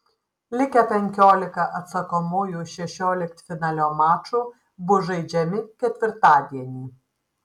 likę penkiolika atsakomųjų šešioliktfinalio mačų bus žaidžiami ketvirtadienį